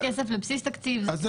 זה כסף בבסיס תקציב.